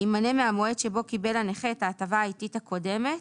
יימנה מהמועד שבו קיבל הנכה את ההטבה העיתית הקודמת